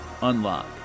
unlock